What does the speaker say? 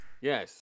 Yes